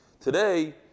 Today